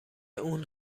اون